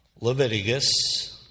Leviticus